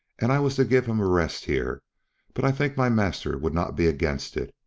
and i was to give him a rest here but i think my master would not be against it,